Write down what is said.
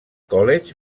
college